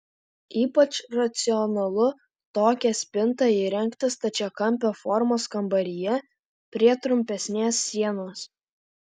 ypač racionalu tokią spintą įrengti stačiakampio formos kambaryje prie trumpesnės sienos